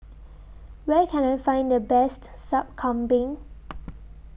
Where Can I Find The Best Sup Kambing